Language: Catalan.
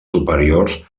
superiors